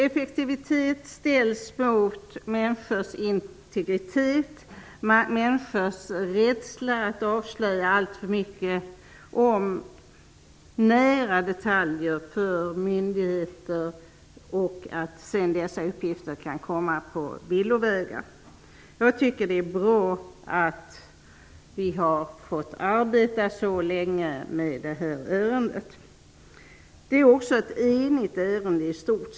Effektivitet ställs mot människors integritet, människors rädsla för att avslöja alltför mycket om nära detaljer för myndigheter och rädsla för att dessa uppgifter kan komma på villovägar. Jag tycker att det är bra att vi har fått arbeta så länge med det här ärendet. I stort sett är vi eniga.